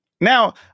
Now